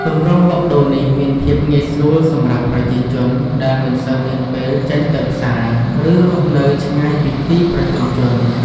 ទម្រង់លក់ដូរនេះមានភាពងាយស្រួលសម្រាប់ប្រជាជនដែលមិនសូវមានពេលចេញទៅផ្សារ ឬរស់នៅឆ្ងាយពីទីប្រជុំជន។